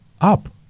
up